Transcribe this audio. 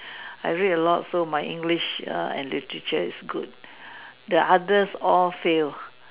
I read a lot so my English and literature is good the others all fail